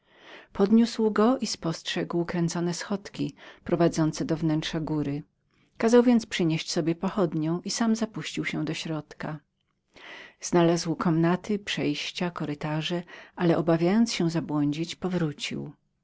podniósł go i spostrzegł kręcone schodki prowadzące wewnątrz góry massud kazał przynieść sobie pochodnię i sam się zapuścił znalazł komnaty przejścia kurytarze ale obawiając się zabłądzić powrócił